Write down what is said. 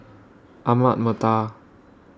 Ahmad Mattar